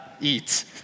eat